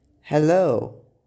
Hello